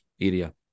area